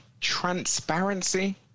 transparency